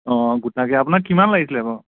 অঁ গোটাকে আপোনাক কিমান লাগিছিলে বাৰু